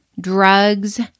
drugs